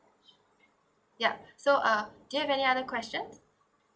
ya so uh do you have any other questions